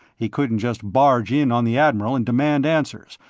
he couldn't just barge in on the admiral and demand answers,